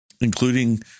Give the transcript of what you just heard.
including